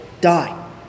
die